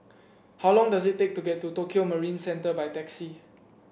how long does it take to get to Tokio Marine Centre by taxi